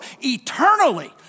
eternally